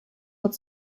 wird